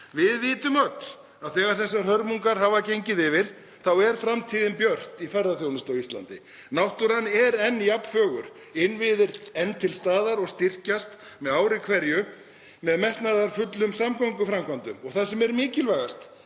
Við vitum öll að þegar þessar hörmungar hafa gengið yfir er framtíðin björt í ferðaþjónustu á Íslandi. Náttúran er enn jafn fögur, innviðir enn til staðar og styrkjast með ári hverju með metnaðarfullum samgönguframkvæmdum, og það sem er mikilvægast: